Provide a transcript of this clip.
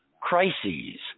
crises